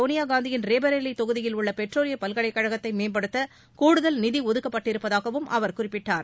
சோனியா காந்தியின் ரேபரேலி தொகுதியில் உள்ள பெட்ரோலியப் பல்கலைக்கழகத்தை மேம்படுத்த கூடுதல் நிதி ஒதுக்கப்பட்டிருப்பதாகவும் அவர் குறிப்பிட்டார்